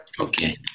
Okay